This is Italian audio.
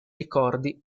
ricordi